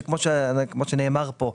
כמו שנאמר כאן,